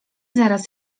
zaraz